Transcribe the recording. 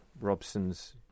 Robson's